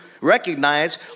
recognize